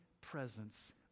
presence